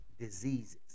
diseases